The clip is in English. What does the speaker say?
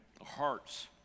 hearts